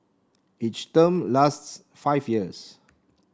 each term lasts five years